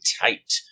tight